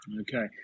Okay